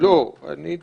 את מי אתה